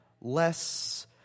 less